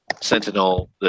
Sentinel